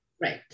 Right